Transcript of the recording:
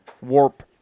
warp